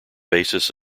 basis